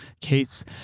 case